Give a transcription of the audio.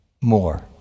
more